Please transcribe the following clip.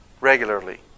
regularly